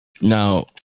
now